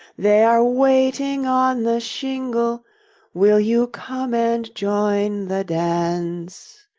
they are waiting on the shingle will you come and join the dance?